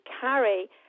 carry